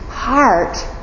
heart